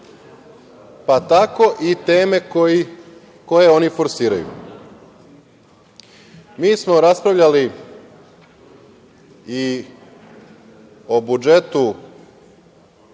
pa tako i teme koje oni forsiraju. Mi smo raspravljali i o budžetu